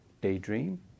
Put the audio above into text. daydream